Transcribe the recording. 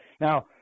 Now